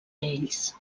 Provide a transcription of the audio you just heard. ells